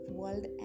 world